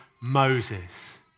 Moses